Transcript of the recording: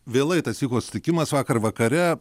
vėlai tas vyko susitikimas vakar vakare